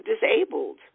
disabled